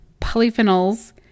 polyphenols